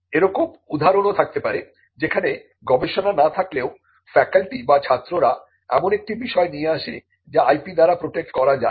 এইরূপ উদাহরণও থাকতে পারে যেখানে গবেষণা না থাকলেও ফ্যাকাল্টি বা ছাত্ররা এমন একটি বিষয় নিয়ে আসে যা IP দ্বারা প্রটেক্ট করা যায়